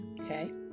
okay